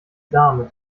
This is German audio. damit